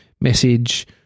message